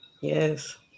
yes